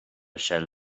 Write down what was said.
shell